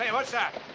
and what's that?